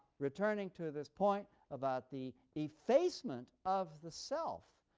returning to this point about the effacement of the self,